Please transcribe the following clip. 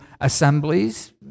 assemblies